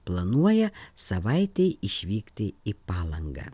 planuoja savaitei išvykti į palangą